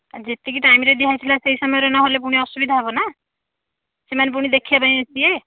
ଯେତିକି ଟାଇମ୍ରେ ଦିଆହୋଇଥିଲା ସେହି ସମୟରେ ନହେଲେ ପୁଣି ଅସୁବିଧା ହେବନା ସେମାନେ ପୁଣି ଦେଖିବା ପାଇଁ ଆସିବେ